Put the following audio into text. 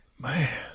Man